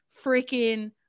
Freaking